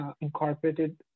incorporated